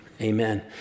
amen